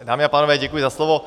Dámy a pánové, děkuji za slovo.